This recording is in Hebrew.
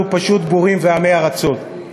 אנחנו פשוט בורים ועמי ארצות.